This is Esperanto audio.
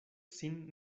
sin